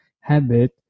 habit